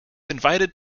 invited